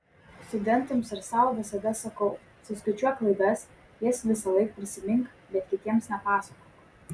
studentams ir sau visada sakau suskaičiuok klaidas jas visąlaik prisimink bet kitiems nepasakok